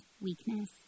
weakness